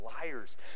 liars